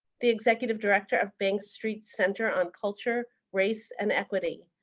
the executive director of bank street center on culture, race and equity.